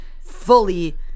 fully